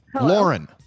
Lauren